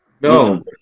No